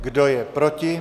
Kdo je proti?